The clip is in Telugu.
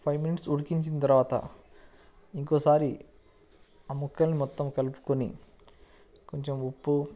ఫైవ్ మినిట్స్ ఉడికించిన తర్వాత ఇంకొసారి ఆ ముక్కను మొత్తం కలుపుకొని కొంచెం ఉప్పు